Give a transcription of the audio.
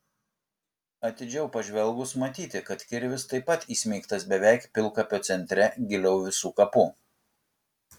atidžiau pažvelgus matyti kad kirvis taip pat įsmeigtas beveik pilkapio centre giliau visų kapų